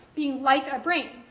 being like a brain.